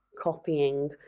copying